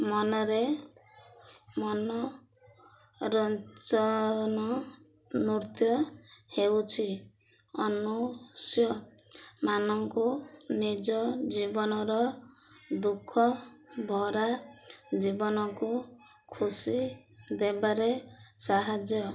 ମନରେ ମନ ରଞ୍ଚନ ନୃତ୍ୟ ହେଉଛି ଅନୁସମାନଙ୍କୁ ନିଜ ଜୀବନର ଦୁଃଖ ଭରା ଜୀବନକୁ ଖୁସି ଦେବାରେ ସାହାଯ୍ୟ